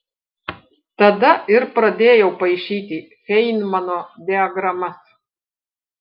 tada ir pradėjau paišyti feinmano diagramas